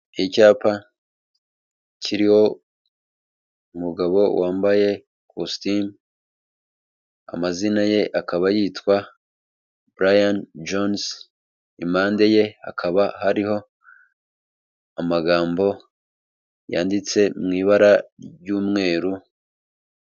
Icyapa kiriho umugabo wambaye kositimu, amazina ye akaba yitwa Brian Jones, impande ye hakaba hariho amagambo yanditse mu ibara ry'umweru.